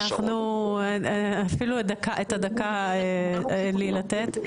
אנחנו אפילו את הדקה אין לי לתת,